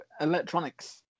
Electronics